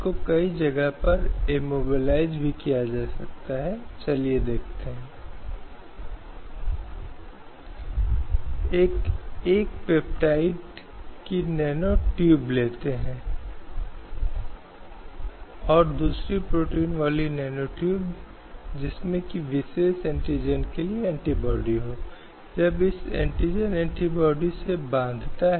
लेकिन जहां यह एक महिला और महिलाओं से संबंधित था वहां एक एयर होस्टेस की स्थिति थी जिसके लिए उसे 35 वर्ष की आयु में या गर्भावस्था के मामले में सेवा से इस्तीफा देना आवश्यक था